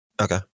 Okay